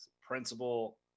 principal